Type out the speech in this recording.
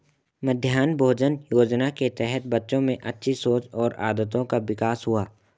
मध्याह्न भोजन योजना के तहत बच्चों में अच्छी सोच और आदतों का विकास हुआ